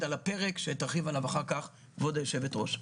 על הפרק שתרחיב עליו אחר כך כבוד היושבת ראש.